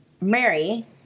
Mary